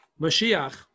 Mashiach